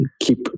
keep